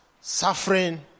suffering